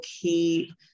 keep